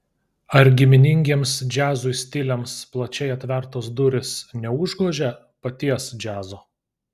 ar giminingiems džiazui stiliams plačiai atvertos durys neužgožia paties džiazo